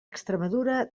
extremadura